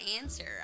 answer